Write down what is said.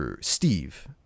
Steve